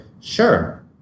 sure